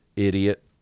idiot